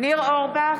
ניר אורבך,